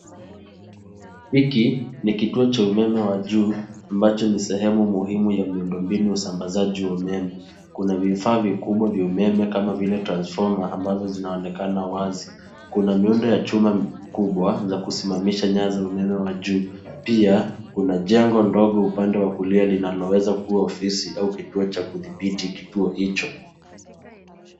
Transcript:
Hiki ni kituo cha umeme wa juu ambacho ni sehemu muhimu ya miundo mbinu usambazaji wa umeme. Kuna vifaa vikubwa vya umeme kama vile transformer ambazo zinaonekana wazi. Kuna miundo ya chuma kubwa za kusimamisha nyaya za umeme wa juu. Pia, kuna jengo ndogo upande wa kulia linaloweza kuwa ofisi au kituo cha kudhibiti kituo hicho.